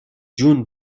جون